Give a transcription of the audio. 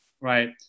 right